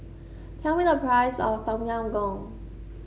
tell me the price of Tom Yam Goong